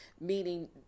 meaning